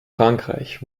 frankreich